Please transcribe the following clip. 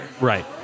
Right